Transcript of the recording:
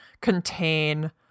contain